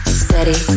steady